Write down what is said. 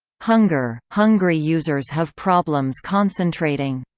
hunger hungry users have problems concentrating.